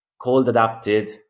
cold-adapted